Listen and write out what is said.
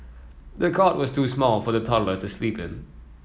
the cot was too small for the toddler to sleep in